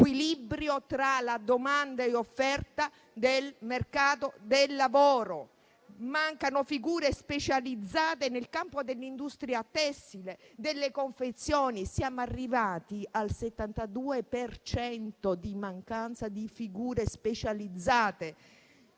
tra la domanda e l'offerta del mercato del lavoro, mancano figure specializzate nel campo dell'industria tessile e delle confezioni. Siamo arrivati ad una percentuale del 72 per cento di figure specializzate